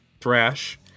thrash